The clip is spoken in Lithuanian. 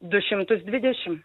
du šimtus dvidešimt